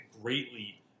greatly